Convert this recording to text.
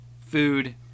food